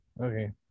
Okay